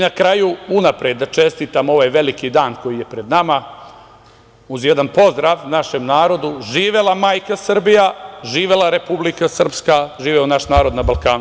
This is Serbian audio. Na kraju, unapred da čestitam ovaj veliki dan koji je pred nama uz jedan pozdrav našem narodu - živela majka Srbija, živela Republika Srpska, živeo naš narod na Balkanu.